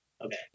Okay